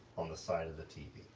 on the side of the tv,